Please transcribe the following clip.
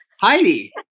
Heidi